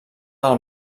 del